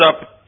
up